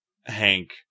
hank